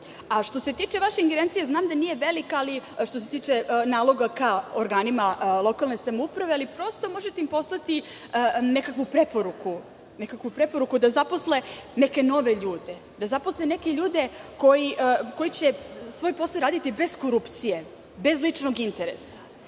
se tiče vaše ingerencije, znam da nije velika što se tiče naloga ka organima lokalne samouprave, ali prosto im možete poslati nekakvu preporuku da zaposle neke nove ljude, da zaposle neke ljude koji će svoj posao raditi bez korupcije, bez ličnog interesa,